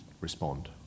respond